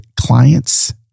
clients